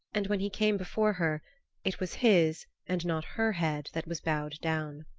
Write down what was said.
and when he came before her it was his, and not her head that was bowed down.